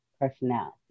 personality